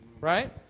Right